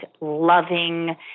loving